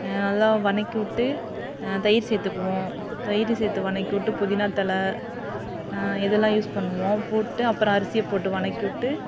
அதெல்லாம் வணக்கி விட்டு தயிர் சேர்த்துக்குவோம் தயிர் சேர்த்து வணக்கி விட்டு புதினா தழை இதெல்லாம் யூஸ் பண்ணுவோம் போட்டு அப்புறம் அரிசி போட்டு வணக்கி விட்டு